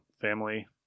family